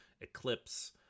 Eclipse